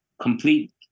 complete